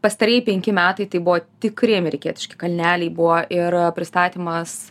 pastarieji penki metai tai buvo tikri amerikietiški kalneliai buvo ir pristatymas